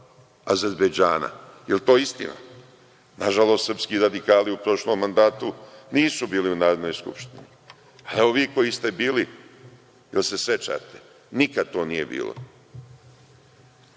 Azerbejdžana. Jel to istina? Nažalost, srpski radikali u prošlom mandatu nisu bili u Narodnoj skupštini. Evo vi koji ste bili jel se sećate? Nikad to nije